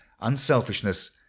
unselfishness